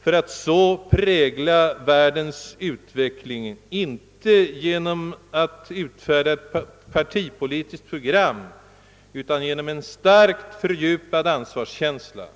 för att så prägla världens utveckling, och detta inte genom att utfärda partipolitiska program utan genom kravet på en starkt fördjupad ansvarskänsla.